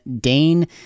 Dane